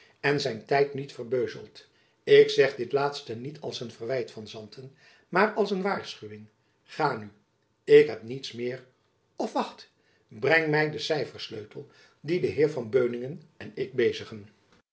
en zijn tijd niet verbeuzelt ik zeg dit laatste niet als een verwijt van santen maar als een waarschuwing ga nu ik heb niets meer of wacht breng my den cyfer sleutel dien de heer van beuningen en ik bezigen